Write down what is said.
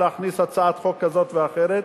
להכניס הצעת חוק כזאת ואחרת.